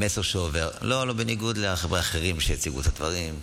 לא, לא בניגוד לאחרים שהציגו את הדברים.